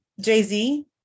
Jay-Z